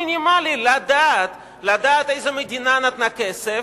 מינימלי: לדעת איזו מדינה נתנה כסף,